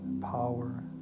power